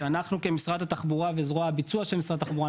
שאנחנו כמשרד התחבורה וזרוע הביצוע של משרד התחבורה,